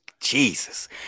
Jesus